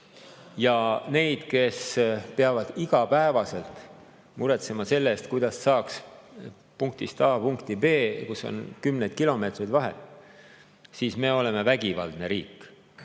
ka neid, kes peavad igapäevaselt muretsema selle eest, kuidas saaks punktist A punkti B, kui vahe on kümneid kilomeetreid, siis me oleme vägivaldne riik